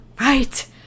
Right